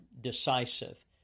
decisive